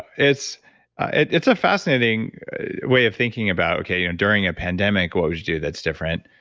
it's it's a fascinating way of thinking about, okay, you know during a pandemic, what would you do that's different?